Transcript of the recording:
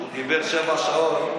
אין לך שום כוח.